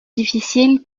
difficile